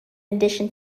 addition